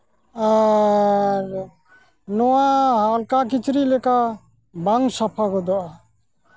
ᱟᱨᱻ ᱱᱚᱣᱟ ᱦᱟᱞᱠᱟ ᱠᱤᱪᱨᱤᱡᱽ ᱞᱮᱠᱟ ᱵᱟᱝ ᱥᱟᱯᱷᱟ ᱜᱚᱫᱚᱜᱼᱟ